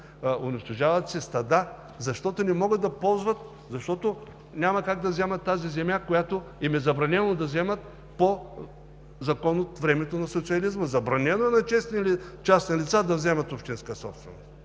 унищожават си стадата, защото няма как да вземат тази земя, която им е забранено да вземат по закон от времето на социализма. Забранено е на частни лица да вземат общинска собственост!